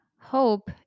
Hope